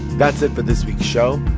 that's it for this week's show.